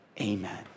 amen